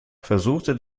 versuchte